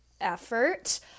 effort